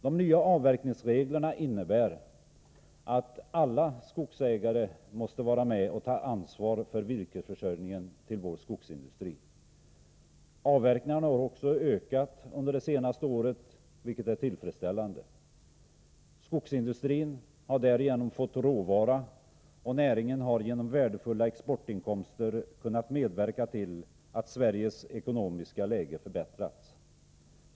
De nya avverkningsreglerna innebär att alla skogsägare måste vara med och ta ansvar för virkesförsörjningen till vår skogsindustri. Avverkningarna har också ökat under det senaste året, vilket är tillfredsställande. Skogsindustrin har därigenom fått råvara, och näringen har genom värdefulla exportinkomster kunnat medverka till att Sveriges ekonomiska läge förbättrats.